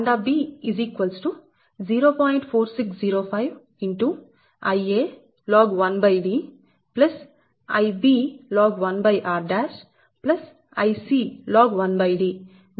4605 Ia log1D Ib log1r Ic log 1D mWb Tkm